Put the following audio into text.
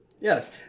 Yes